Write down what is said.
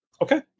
Okay